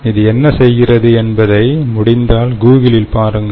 இது என்னசெய்கிறது என்பதை முடிந்தால் கூகிளில் பாருங்கள்